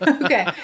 Okay